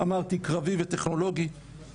המענה שקיבלתי בצה"ל הוא מענה לא פחות ממהפכני עבורי.